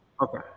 Okay